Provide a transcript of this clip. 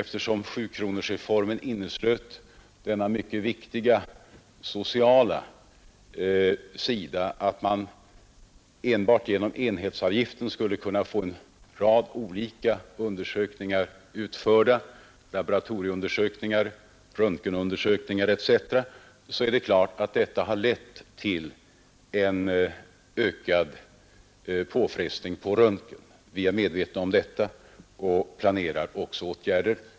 I sjukronorsreformen ingick den mycket viktiga sociala reformen att man enbart för enhetsavgiften skulle kunna få en rad olika undersökningar utförda — laboratorieundersökningar, röntgenundersökningar etc. — och detta har självfallet lett till en ökad påfrestning på röntgenavdelningarna. Vi är medvetna om detta och planerar också åtgärder.